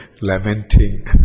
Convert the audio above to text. lamenting